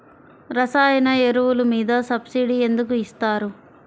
రసాయన ఎరువులు మీద సబ్సిడీ ఎందుకు ఇస్తారు?